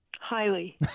Highly